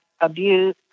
abuse